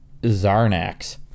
Zarnax